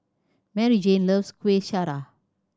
Maryjane loves Kueh Syara